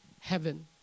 heaven